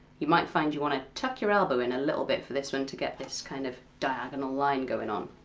you might find you want to tuck your elbow in a little bit for this one to get this kind of diagonal line going on.